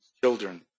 children